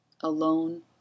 alone